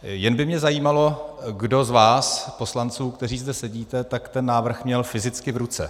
Jen by mě zajímalo, kdo z vás poslanců, kteří zde sedíte, ten návrh měl fyzicky v ruce.